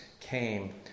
came